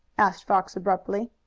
asked fox abruptly.